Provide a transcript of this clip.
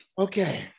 Okay